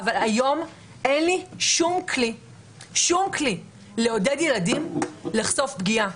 אבל היום אין לי שום כלי לעודד ילדים לחשוף פגיעה.